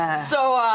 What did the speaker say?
so